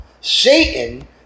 Satan